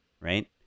right